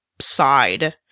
side